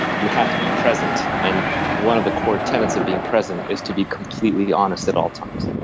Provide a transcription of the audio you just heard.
you have to be present. and one of the core tenets of being present is to be completely honest at all times.